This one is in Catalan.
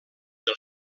del